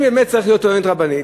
אם באמת צריכה להיות טוענת רבנית,